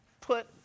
put